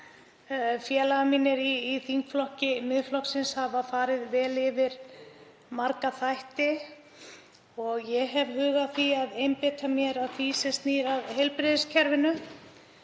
Félagar mínir í þingflokki Miðflokksins hafa farið vel yfir marga þætti og ég hef hug á því að einbeita mér að því sem snýr að heilbrigðiskerfinu.